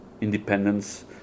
independence